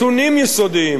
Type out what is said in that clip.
שאינם בידינו,